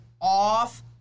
off